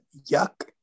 Yuck